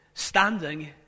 Standing